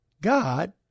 God